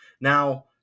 Now